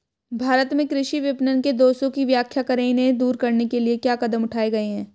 भारत में कृषि विपणन के दोषों की व्याख्या करें इन्हें दूर करने के लिए क्या कदम उठाए गए हैं?